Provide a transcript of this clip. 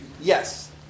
Yes